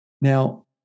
Now